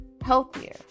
healthier